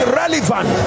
relevant